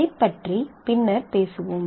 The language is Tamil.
இதைப் பற்றி பின்னர் பேசுவோம்